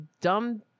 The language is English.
dumb